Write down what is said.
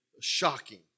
shocking